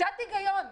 קצת היגיןו.